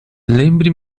lembre